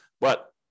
But-